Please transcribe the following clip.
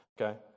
Okay